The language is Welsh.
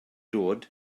dod